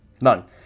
None